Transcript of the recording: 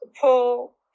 pull